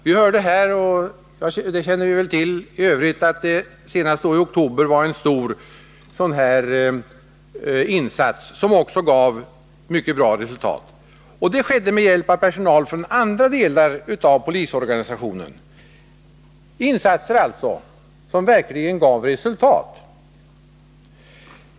Vi fick höra, vilket väl de flesta redan kände till, att det senast i oktober 1981 gjordes en stor satsning, som också gav resultat. Den skedde med hjälp av personal från andra delar av polisorganisationen. Det var alltså insatser som verkligen gav resultat.